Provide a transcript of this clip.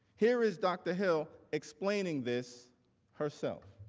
here is dr. hill, explaining this herself.